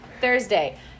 Thursday